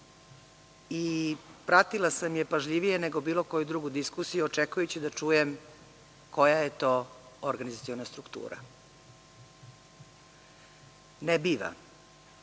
Pratila sam je pažljivije nego bilo koju drugu diskusiju, očekujući da čujem koja je to organizaciona struktura. Ne biva.